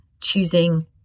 choosing